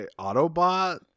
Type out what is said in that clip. Autobot